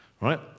right